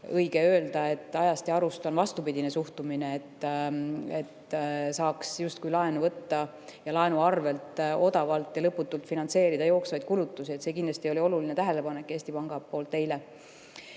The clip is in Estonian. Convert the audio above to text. õige öelda, et ajast ja arust on vastupidine suhtumine, et saab justkui laenu võtta ja selle abil odavalt ja lõputult finantseerida jooksvaid kulutusi. See kindlasti oli eile Eesti Panga poolt oluline